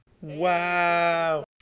Wow